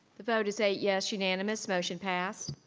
vote is eight yes unanimous, motion passed.